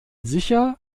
sicher